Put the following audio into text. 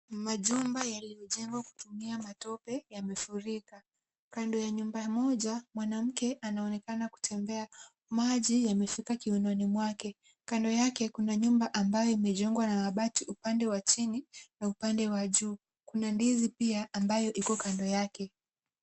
Majumba yaliyojengwa kwa kutumia matope yamefurika. Kando ya nyumba moja mwanamke anaonekana kutembea. Maji yamefika kiunoni mwake. Kando yake kuna nyumba ambayo imejengwa na mabati upande wa chini na upande wa juu. Kuna ndizi pia ambayo iko kando yake.